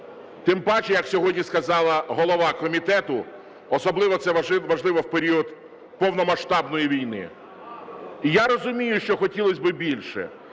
Тим паче, як сьогодні сказала голова комітету, особливо це важливо в період повномасштабної війни. І я розумію, що хотілось би більше,